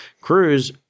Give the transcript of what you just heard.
Cruz